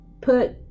put